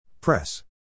Press